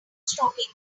stroking